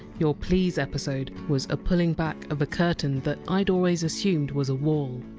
your please episode was a pulling back of a curtain that i'd always assumed was a wall!